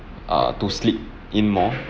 err to sleep in more